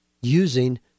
using